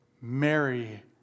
Mary